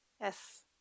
Yes